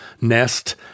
nest